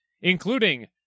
including